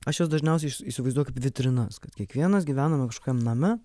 aš juos dažniausiai įsivaizduoju kaip vitrinas kad kiekvienas gyvename kažkokiam name